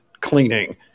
cleaning